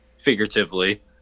figuratively